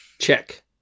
Check